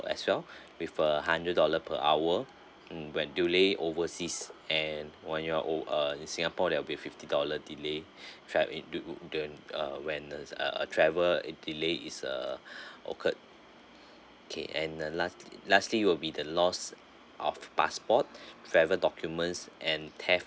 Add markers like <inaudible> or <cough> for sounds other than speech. as well with a hundred dollar per hour mm when delay overseas and when you're o~ uh in singapore there will be fifty dollar delay <breath> trav~ it do don't uh when the uh uh travel it delay is uh occurred okay and the lastly lastly it will be the loss of passport travel documents and theft